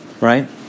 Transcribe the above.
right